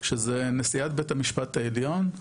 שזה נשיאת בית המשפט העליון,